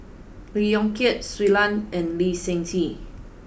Lee Yong Kiat Shui Lan and Lee Seng Tee